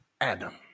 Adam